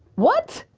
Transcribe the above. what.